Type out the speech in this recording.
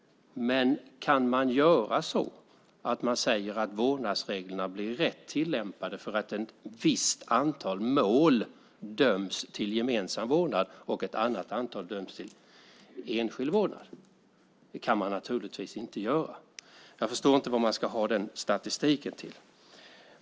Men kan man göra så att man säger att vårdnadsreglerna blir rätt tillämpade för att ett visst antal mål döms till gemensam vårdnad och ett annat antal döms till enskild vårdnad? Det kan man naturligtvis inte göra. Jag förstår inte vad man ska ha den statistiken till.